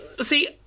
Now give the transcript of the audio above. see